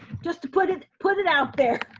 just to put it, put it out there.